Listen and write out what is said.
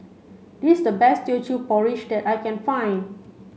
this the best Teochew Porridge that I can find